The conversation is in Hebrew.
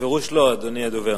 בפירוש לא, אדוני הדובר.